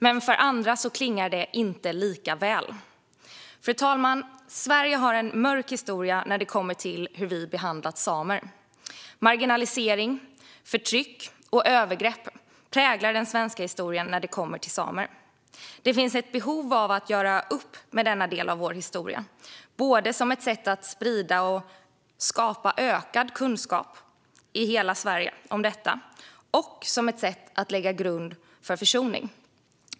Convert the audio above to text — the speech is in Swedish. Men för andra klingar det inte lika väl. Fru talman! Sverige har en mörk historia när det kommer till hur vi behandlat samer. Marginalisering, förtryck och övergrepp präglar den svenska historien när det kommer till samer. Det finns ett behov av att göra upp med denna del av vår historia, både som ett sätt att sprida och skapa ökad kunskap i hela Sverige om detta och som ett sätt att lägga en grund för försoning.